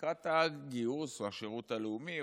לקראת הגיוס או השירות הלאומי,